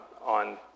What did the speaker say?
on